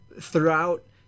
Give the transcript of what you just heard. throughout